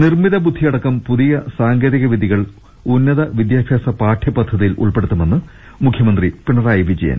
നിർമിത ബുദ്ധിയടക്കം പുതിയ സാങ്കേതികവിദ്യകൾ ഉന്നതവിദ്യാ ഭ്യാസ പാഠ്യപദ്ധതിയിൽ ഉൾപ്പെടുത്തുമെന്ന് മുഖ്യമന്ത്രി പിണറായി വിജയൻ